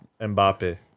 Mbappe